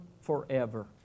forever